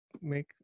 make